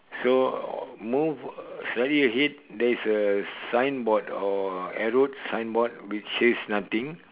so uh move slightly ahead there is a sign board or a arrowed sign board which says nothing